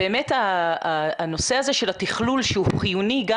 באמת הנושא הזה של התכלול שהוא חיוני גם